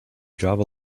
java